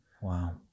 wow